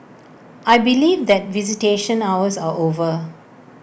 I believe that visitation hours are over